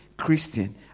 christian